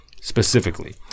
specifically